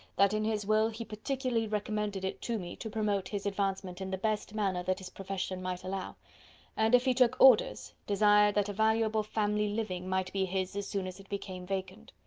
that in his will he particularly recommended it to me, to promote his advancement in the best manner that his profession might allow and if he took orders, desired that a valuable family living might be his as soon as it became vacant.